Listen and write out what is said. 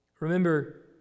Remember